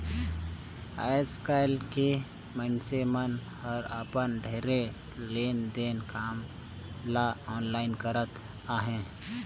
आएस काएल के मइनसे मन हर अपन ढेरे लेन देन के काम ल आनलाईन करत अहें